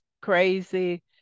crazy